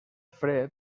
fred